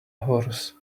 horse